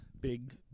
big